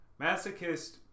Masochist